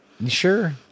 Sure